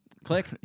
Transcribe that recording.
Click